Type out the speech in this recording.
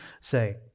say